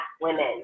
women